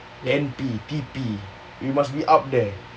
N_P T_P we must be up there